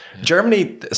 Germany